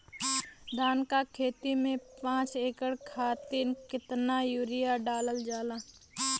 धान क खेती में पांच एकड़ खातिर कितना यूरिया डालल जाला?